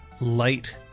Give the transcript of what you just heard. light